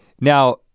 Now